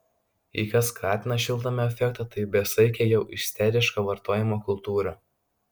jei kas skatina šiltnamio efektą tai besaikė jau isteriška vartojimo kultūra